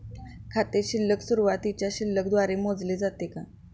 खाते शिल्लक सुरुवातीच्या शिल्लक द्वारे मोजले जाते का?